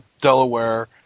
delaware